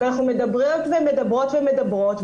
כי אנחנו מדברות ומדברות ומדברות,